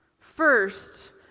First